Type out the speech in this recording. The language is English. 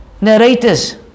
narrators